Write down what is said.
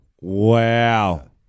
Wow